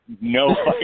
no